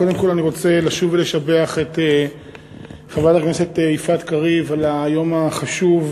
קודם כול אני רוצה לשוב ולשבח את חברת הכנסת יפעת קריב על היום החשוב,